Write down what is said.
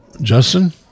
justin